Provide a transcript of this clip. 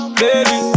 baby